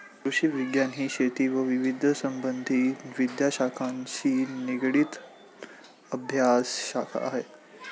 कृषिविज्ञान ही शेती व विविध संबंधित विद्याशाखांशी निगडित अभ्यासशाखा आहे